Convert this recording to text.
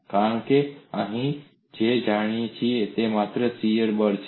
કારણ કે આપણે અહીં જે જાણીએ છીએ તે માત્ર શીયર બળ છે